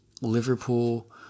Liverpool